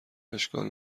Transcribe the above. اشکال